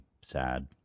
sad